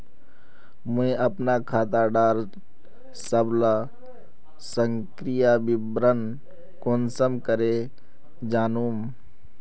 मुई अपना खाता डार सबला सक्रिय विवरण कुंसम करे जानुम?